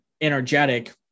energetic